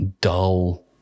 dull